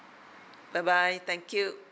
bye bye thank you